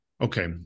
okay